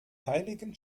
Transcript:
heiligen